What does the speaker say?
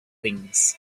things